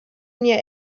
near